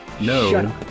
No